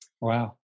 Wow